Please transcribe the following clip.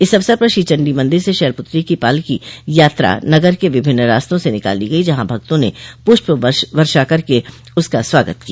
इस अवसर पर श्री चंडी मंदिर से शैलपुत्री की पालकी यात्रा नगर के विभिन्न रास्तों से निकाली गई जहां भक्तों ने पुष्प वर्षा करके उसका स्वागत किया